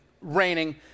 raining